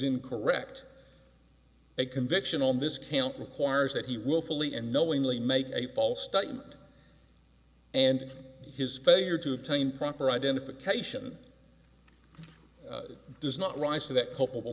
incorrect a conviction on this count requires that he will fully and knowingly make a false statement and his failure to obtain proper identification does not rise to that culpable